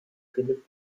philipp